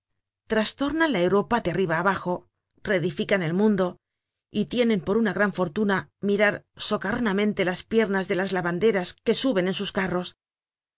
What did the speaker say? trastornan la europa de arriba á abajo reedifican el mundo y tienen por una gran fortuna mirar socarronamente las piernas de las lavanderas que suben en sus carros